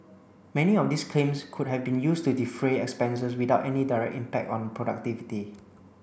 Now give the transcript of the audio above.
many of these claims could have been used to defray expenses without any direct impact on productivity